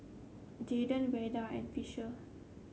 Javen Verda and Fisher